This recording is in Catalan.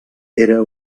era